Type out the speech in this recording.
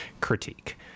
critique